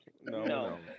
No